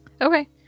Okay